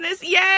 yay